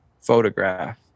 photograph